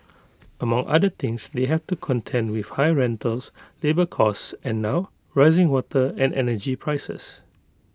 among other things they have to contend with high rentals labour costs and now rising water and energy prices